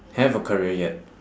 have a career yet